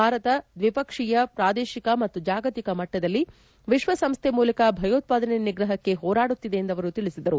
ಭಾರತ ದ್ವಿಪಕ್ಷೀಯ ಪ್ರಾದೇಶಿಕ ಮತ್ತು ಜಾಗತಿಕ ಮಟ್ಟದಲ್ಲಿ ವಿಶ್ವಸಂಸ್ಥೆ ಮೂಲಕ ಭಯೋತ್ವಾದನೆ ನಿಗ್ರಹಕ್ಕೆ ಹೋರಾಡುತ್ತಿದೆ ಎಂದು ಅವರು ತಿಳಿಸಿದರು